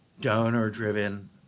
donor-driven